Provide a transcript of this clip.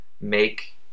make